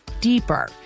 deeper